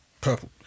purple